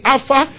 Alpha